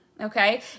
Okay